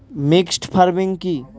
Mixed farming কি?